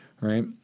right